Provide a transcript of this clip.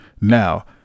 now